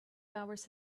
hours